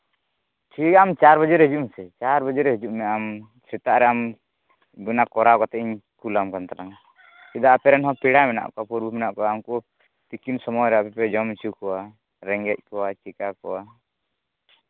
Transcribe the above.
ᱴᱷᱤᱠᱜᱮᱭᱟ ᱟᱢ ᱪᱟᱨ ᱵᱟᱡᱮ ᱨᱮ ᱦᱤᱡᱩᱜ ᱢᱮᱥᱮ ᱪᱟᱨ ᱵᱟᱡᱮ ᱨᱮ ᱦᱤᱡᱩᱜ ᱢᱮ ᱟᱢ ᱥᱮᱛᱟᱜ ᱨᱮ ᱟᱢ ᱵᱮᱱᱟᱣ ᱠᱚᱨᱟᱣ ᱠᱟᱛᱮᱫ ᱟᱢᱤᱧ ᱠᱩᱞᱟᱢ ᱠᱟᱱ ᱛᱟᱞᱟᱝᱼᱟ ᱪᱮᱫᱟᱜ ᱟᱯᱮ ᱨᱮᱱ ᱦᱚᱸ ᱯᱮᱲᱟ ᱢᱮᱱᱟᱜ ᱠᱚᱣᱟ ᱯᱟᱹᱨᱵᱷᱟᱹ ᱢᱮᱱᱟᱜ ᱠᱚᱣᱟ ᱯᱟᱹᱨᱣᱟᱹ ᱢᱮᱱᱟᱜ ᱠᱚᱣᱟ ᱩᱱᱠᱩ ᱛᱤᱠᱤᱱ ᱥᱚᱢᱚᱭ ᱨᱮ ᱟᱯᱮ ᱯᱮ ᱡᱚᱢ ᱦᱚᱪᱚ ᱠᱟᱣᱟ ᱨᱮᱸᱜᱮᱡ ᱠᱚᱣᱟ ᱪᱮᱠᱟ ᱠᱚᱣᱟ